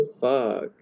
fuck